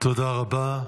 תודה רבה.